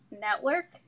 network